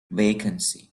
vacancy